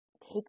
take